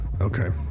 Okay